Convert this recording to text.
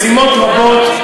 משימות רבות,